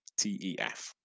TEF